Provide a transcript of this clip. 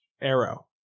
Arrow